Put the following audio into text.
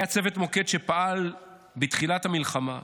היה צוות מוקד שפעל בתחילת המלחמה,